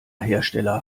hersteller